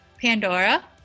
Pandora